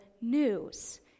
news